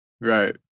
Right